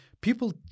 people